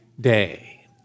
day